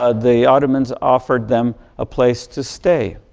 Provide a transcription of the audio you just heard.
ah the ottoman's offered them a place to stay,